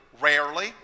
Rarely